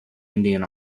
indian